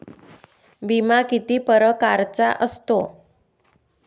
बिमा किती परकारचा असतो?